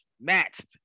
matched